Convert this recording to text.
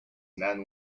man